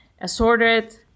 Assorted